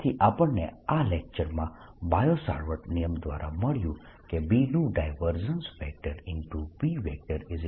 તેથી આપણને આ લેક્ચરમાં બાયો સાવર્ટ નિયમ દ્વારા મળ્યું કે B નું ડાયવર્જન્સ